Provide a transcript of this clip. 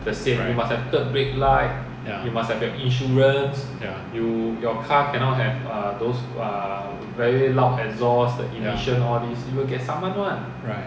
correct ya ya ya right